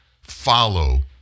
Follow